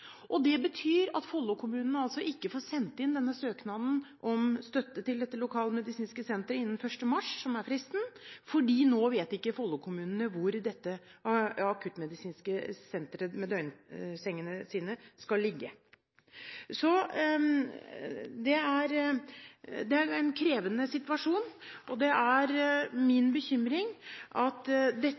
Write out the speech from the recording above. Det betyr at Follo-kommunene ikke får sendt inn søknaden om støtte til dette lokalmedisinske senteret innen 1. mars, som er fristen, fordi nå vet ikke Follo-kommunene hvor dette akuttmedisinske senteret med døgnsengene sine skal ligge. Det er en krevende situasjon, og det er min bekymring at dette